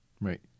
right